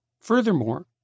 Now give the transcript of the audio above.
Furthermore